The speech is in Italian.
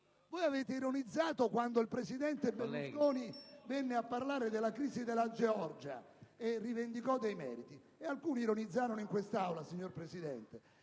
Voi avete ironizzato quando il presidente Berlusconi venne a parlare della crisi della Georgia e rivendicò dei meriti, e alcuni ironizzarono anche in quest'Aula. Ebbene,